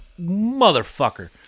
Motherfucker